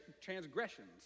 transgressions